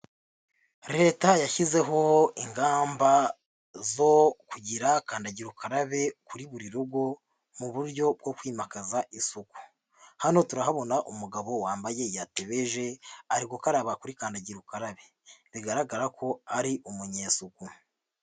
Leta yashyizeho ingamba zo kugira kandagira ukarabe kuri buri rugo mu buryo bwo kwimakaza isuku, hano turahabona umugabo wambaye yatebeje ari gukaraba kurikandagira ukarabe, bigaragara ko ari umunyesuku.